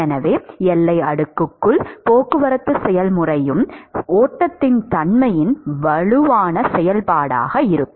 எனவே எல்லை அடுக்குக்குள் போக்குவரத்து செயல்முறையும் ஓட்டத்தின் தன்மையின் வலுவான செயல்பாடாக இருக்கும்